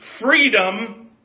freedom